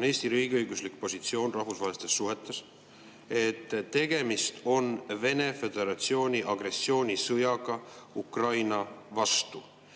on Eesti riigi õiguslik positsioon rahvusvahelistes suhetes –, et tegemist on Venemaa Föderatsiooni agressioonisõjaga Ukraina vastu.